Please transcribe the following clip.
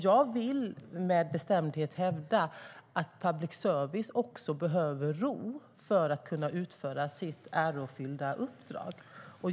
Jag vill med bestämdhet hävda att public service behöver ro för att kunna utföra sitt ärofyllda uppdrag.